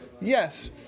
Yes